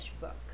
book